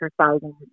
exercising